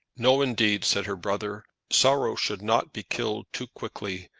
no, indeed, said her brother. sorrow should not be killed too quickly.